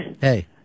Hey